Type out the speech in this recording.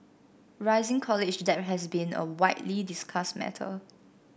rising college debt has been a widely discussed matter